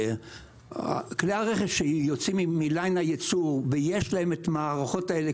כלי הרכב שיוצאים מפס הייצור ויש להם את המערכות האלה,